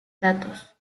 datos